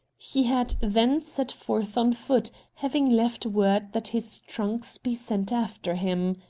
he had then set forth on foot, having left word that his trunks be sent after him.